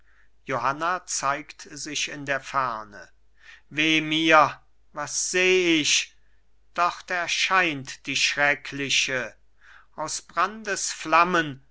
johanna zeigt sich in der ferne weh mir was seh ich dort erscheint die schreckliche aus brandes flammen